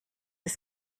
des